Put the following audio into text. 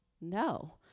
No